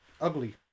ugly